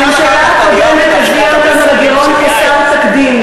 הממשלה הקודמת הביאה אותנו לגירעון חסר תקדים,